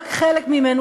רק חלק ממנו.